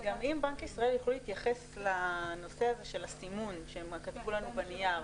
האם בנק ישראל יוכלו להתייחס לנושא הסימון שהם כתבו לנו בנייר?